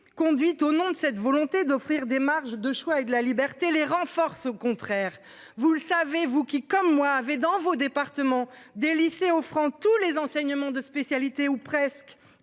conduite au nom de cette volonté d'offrir des marges de choix et de la liberté les renforce au contraire vous le savez-vous qui comme moi avaient dans vos départements des lycées offrant tous les enseignements de spécialité ou presque